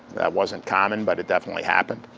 that wasn't common, but it definitely happened.